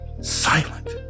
silent